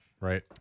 right